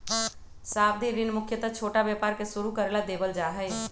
सावधि ऋण मुख्यत छोटा व्यापार के शुरू करे ला देवल जा हई